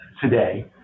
today